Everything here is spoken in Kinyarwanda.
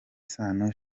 sano